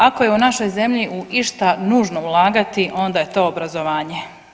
Ako je u našoj zemlji u išta nužno ulagati, onda je to obrazovanje.